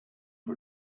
for